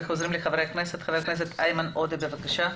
חבר הכנסת איימן עודה, בבקשה.